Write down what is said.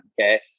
Okay